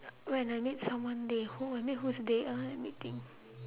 when I make someone day who I make whose day uh let me think